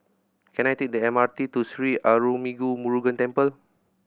can I take the M R T to Sri Arulmigu Murugan Temple